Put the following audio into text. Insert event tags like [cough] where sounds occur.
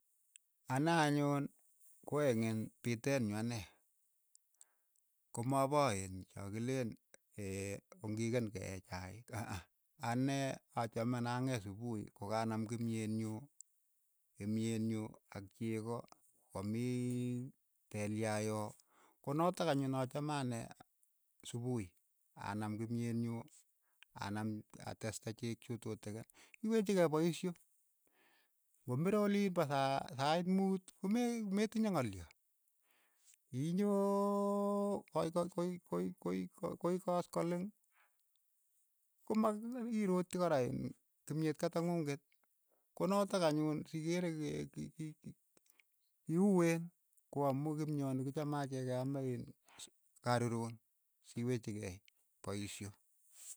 Anee anyun ko eng' iin piteet nyu anee, ko ma pa iin cha kileen [hesitation] ong'iken kee chaik, a'aa, anee achame nang'et supuhi ko ka naam kimyet nyu kimyeet nyu ak cheko komii telya yoo, ko natak anyu ne achame ane supuhi anam kimyet nyu anam ateste cheek chu tutikin iwechikei paisho, komire oliin pa saa sait muut ko me- metinyei ng'olyo, inyoo ko- koi- koi- koi- koi koskoleng koma i- ii- irotchi kora iin kimyet kata ngu'nget ko natak anyun sikerei ke- ke- ki- ki kiueen, ko amu kimyo ni ki chome achek ke aame iin su karoron siwechikei paishoo.